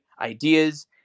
ideas